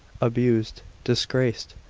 abused, disgraced,